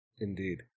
indeed